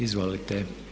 Izvolite.